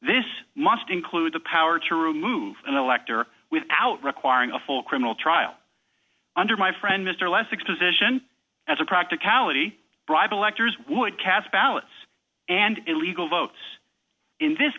this must include the power to remove an elector without requiring a full criminal trial under my friend mr less expose ition as a practicality bribe electors would cast ballots and illegal votes in this